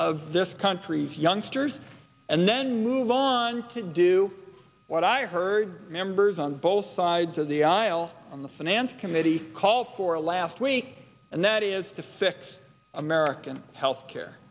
of this country's youngsters and then move on to do what i heard members on both sides of the aisle on the finance committee call for last week and that is to fix american healthcare